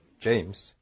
James